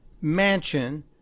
mansion